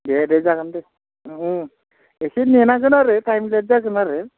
दे दे जागोन दे एसे नेनांगोन आरो टाइम लेथ जागोन आरो